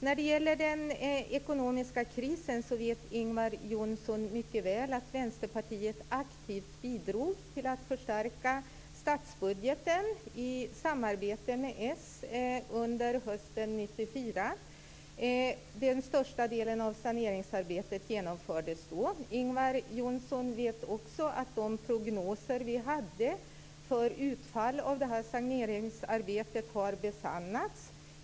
När det gäller den ekonomiska krisen vet Ingvar Johnsson mycket väl att Vänsterpartiet aktivt bidrog till att förstärka statsbudgeten i samarbete med Socialdemokraterna under hösten 1994. Den största delen av saneringsarbetet genomfördes då. Ingvar Johnsson vet också att de prognoser som vi hade för utfall av det här saneringsarbetet har besannats.